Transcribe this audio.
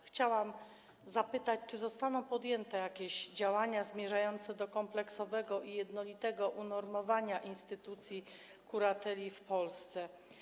Chciałam zapytać, czy zostaną podjęte jakieś działania zmierzające do kompleksowego i jednolitego unormowania instytucji kurateli w Polsce.